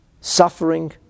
suffering